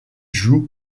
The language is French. joue